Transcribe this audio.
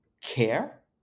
care